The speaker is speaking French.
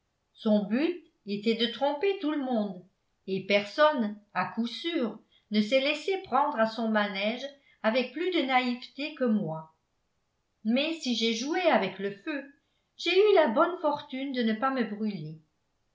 son but était de tromper tout le monde et personne à coup sûr ne s'est laissé prendre à son manège avec plus de naïveté que moi mais si j'ai joué avec le feu j'ai eu la bonne fortune de ne pas me brûler